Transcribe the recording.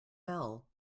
bell